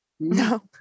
no